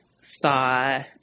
saw